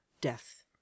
Death